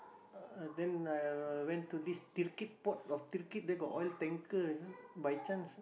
uh then I went to this port of there got oil tanker by chance